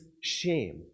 shame